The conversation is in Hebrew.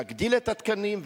להגדיל את התקנים,